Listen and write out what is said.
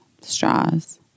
straws